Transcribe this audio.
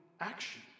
Action